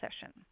session